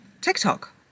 TikTok